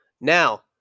Now –